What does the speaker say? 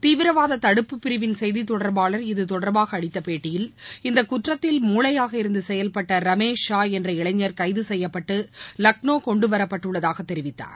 தீவிரவாத தடுப்பு பிரிவின் செய்தி தொடர்பாளர் இது தொடர்பாக அளித்த பேட்டியில் இந்த குற்றத்தில் முளையாக இருந்து செயல்பட்ட ரமேஷ் ஷா என்ற இளைஞர் கைது செய்யப்பட்டு லக்னோ கொண்டுவரப்பட்டுள்ளதாக தெரிவித்தார்